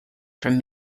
from